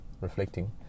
reflecting